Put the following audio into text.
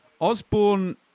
Osborne